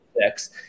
six